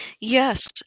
Yes